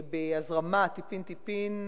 בהזרמה טיפין-טיפין,